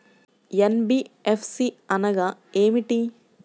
NBFC అనగా ఏమిటీ?